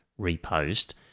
repost